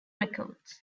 records